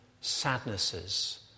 sadnesses